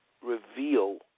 reveal